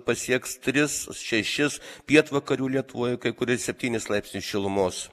pasieks tris šešis pietvakarių lietuvoje kai kur net septynis laipsnius šilumos